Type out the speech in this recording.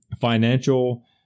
financial